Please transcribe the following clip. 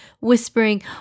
whispering